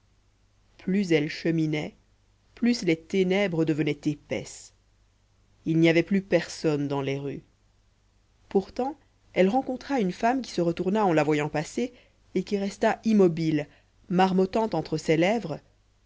plus elle cheminait plus les ténèbres devenaient épaisses il n'y avait plus personne dans les rues pourtant elle rencontra une femme qui se retourna en la voyant passer et qui resta immobile marmottant entre ses lèvres